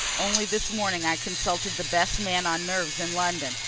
only this morning i consulted the best man on nerves in london.